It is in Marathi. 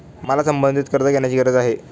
मला संबंधित कर्ज घेण्याची गरज आहे